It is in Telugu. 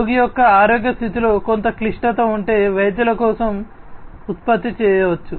రోగి యొక్క ఆరోగ్య స్థితిలో కొంత క్లిష్టత ఉంటే వైద్యుల కోసం ఉత్పత్తి చేయవచ్చు